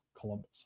Columbus